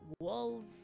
Walls